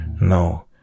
no